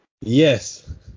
Yes